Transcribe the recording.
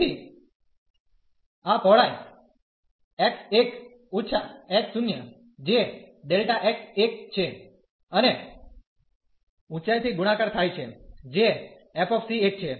તેથી આ પહોળાઈ x1−x0 જે Δ x1 છે અને ઉંચાઈ થી ગુણાકાર થાય છે જે f છે